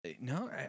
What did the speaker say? no